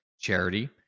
charity